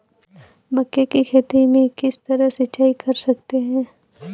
मक्के की खेती में किस तरह सिंचाई कर सकते हैं?